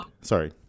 sorry